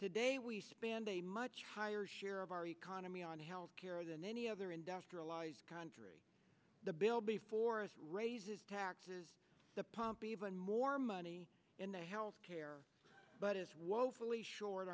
today we spend a much higher share of our economy on health care than any other industrialized country the bill before us raises taxes the pump even more money in the health care but is woefully short